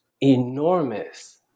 enormous